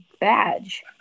badge